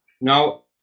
now